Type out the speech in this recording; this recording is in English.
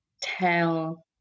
tell